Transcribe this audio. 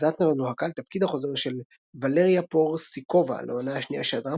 זהטנר לוהקה לתפקיד החוזר של ולריה פוריסקובה לעונה השנייה של הדרמה